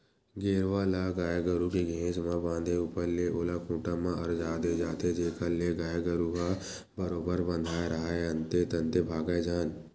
गेरवा ल गाय गरु के घेंच म बांधे ऊपर ले ओला खूंटा म अरझा दे जाथे जेखर ले गाय गरु ह बरोबर बंधाय राहय अंते तंते भागय झन